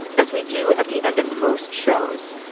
as we do at the end of most shows,